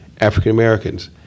African-Americans